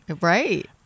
Right